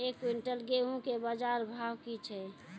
एक क्विंटल गेहूँ के बाजार भाव की छ?